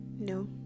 no